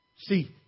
See